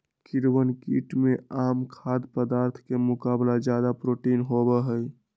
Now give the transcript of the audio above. कीड़वन कीट में आम खाद्य पदार्थ के मुकाबला ज्यादा प्रोटीन होबा हई